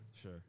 Sure